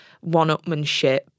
one-upmanship